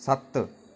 सत्त